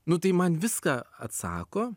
nu tai man viską atsako